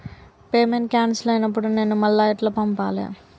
Payment cancel అయినపుడు నేను మళ్ళా ఎట్ల పంపాలే?